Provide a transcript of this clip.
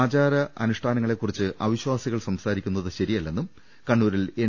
ആചാരാനുഷ്ഠാനങ്ങളെക്കുറിച്ച് അവിശ്വാസി കൾ സംസാരിക്കുന്നത് ശരിയല്ലെന്നും കണ്ണൂരിൽ എൻ